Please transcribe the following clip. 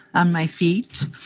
on my feet.